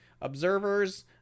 observers